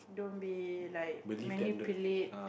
don't be like manipulate